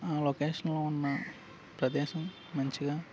ఆ లొకేషన్లో ఉన్న ప్రదేశం మంచిగా